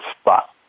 spot